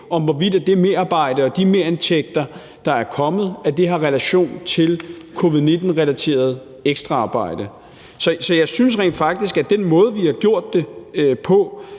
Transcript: hvorvidt det merarbejde og de merindtægter, der er kommet, har relation til covid-19-relateret ekstraarbejde. Så jeg synes rent faktisk, at den måde, vi har gjort det på,